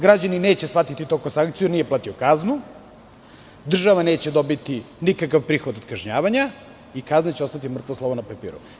Građanin neće shvatiti to kao sankciju, nije platio kaznu, država neće dobiti nikakav prihod od kažnjavanja i kazna će ostati mrtvo slovo na papiru.